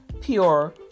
pure